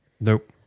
Nope